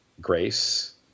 grace